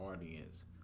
audience